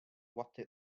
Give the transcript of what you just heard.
what